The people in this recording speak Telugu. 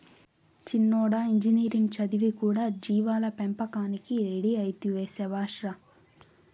చిన్నోడా ఇంజనీరింగ్ చదివి కూడా జీవాల పెంపకానికి రెడీ అయితివే శభాష్ రా